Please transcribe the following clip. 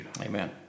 Amen